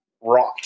rot